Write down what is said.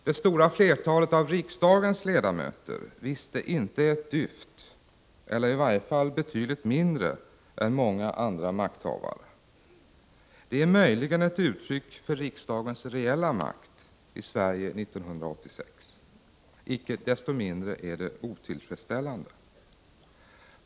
Det stora flertalet av riksdagens ledamöter visste inte ett dyft eller i varje fall betydligt mindre än många andra makthavare. Det är möjligen ett uttryck för riksdagens reella makt i Sverige 1986. Icke desto mindre är det otillfredsställande.